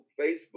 Facebook